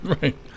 Right